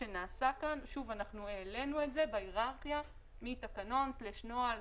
העלינו את זה בהיררכיה מתקנון/נוהל